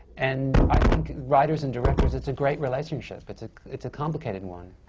and i think writers and directors, it's a great relationship. it's it's a complicated one.